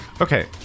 Okay